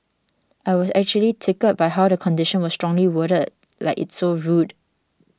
I was actually tickled by how the condition was strongly worded like it's so rude